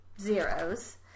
zeros